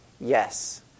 Yes